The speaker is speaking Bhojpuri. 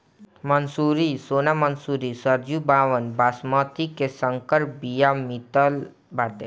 मंसूरी, सोना मंसूरी, सरजूबावन, बॉसमति के संकर बिया मितल बाटे